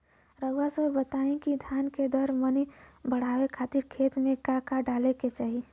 रउआ सभ बताई कि धान के दर मनी बड़ावे खातिर खेत में का का डाले के चाही?